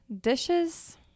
Dishes